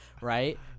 right